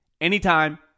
anytime